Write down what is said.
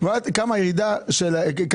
של ה-0.4 מיליארד הזה?